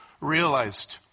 realized